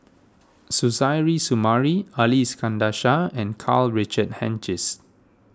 Suzairhe Sumari Ali Iskandar Shah and Karl Richard Hanitsch